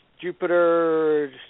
Jupiter